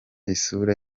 isura